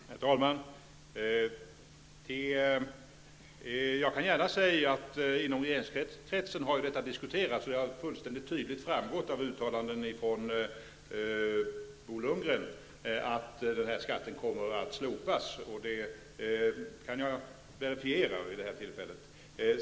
Herr talman! Jag kan gärna säga att detta har diskuterats inom regeringskretsen, och det har fullständigt tydligt framgått av uttalanden från Bo Lundgren att denna skatt kommer att slopas. Jag kan verifiera detta nu.